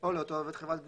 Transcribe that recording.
או לאותו עובד חברת גבייה,